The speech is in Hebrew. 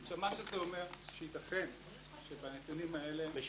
מה שזה אומר, שיתכן שבנתונים האלה יש